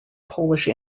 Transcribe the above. polish